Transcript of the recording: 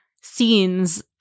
scenes